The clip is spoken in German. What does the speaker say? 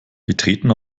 betreten